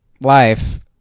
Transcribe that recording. life